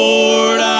Lord